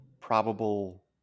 probable